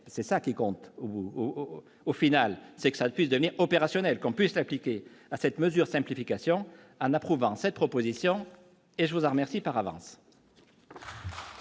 c'est ça qui compte ou au final, c'est que ça puisse devenir opérationnel qu'on puisse appliquer cette mesure simplification à la province être position et je vous a remercie par avance.